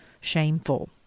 shameful